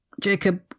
Jacob